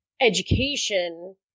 education